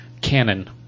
canon